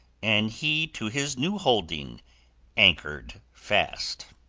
and he to his new holding anchored fast!